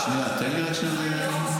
תחשוב מה אתה אומר.